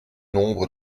nombre